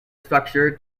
structure